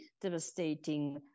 devastating